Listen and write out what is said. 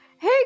hey